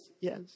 yes